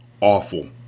Awful